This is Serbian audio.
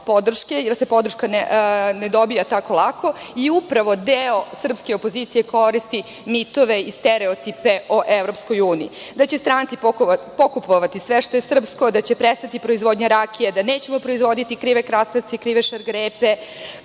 jer se podrška ne dobija tako lako i upravo deo srpske opozicije koristi mitove i stereotipe o EU, da će stranci pokupovati sve što je srpsko, da će prestati proizvodnje rakije, da nećemo proizvoditi krive krastavce i krive šargarepe,